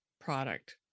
product